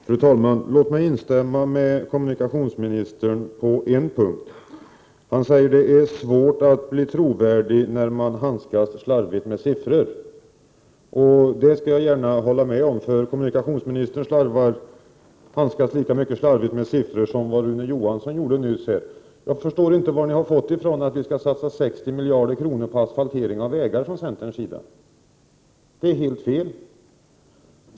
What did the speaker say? Fru talman! Låt mig på en punkt instämma i det som kommunikationsministern sade. Han sade att det är svårt att bli trovärdig när man handskas slarvigt med siffror. Det skall jag gärna hålla med om. Kommunikationsministern handskas lika slarvigt med siffror som Rune Johansson nyss gjorde. Jag förstår inte var ni har fått det ifrån att centern vill satsa 60 miljarder på asfaltering av vägar. Det är helt fel.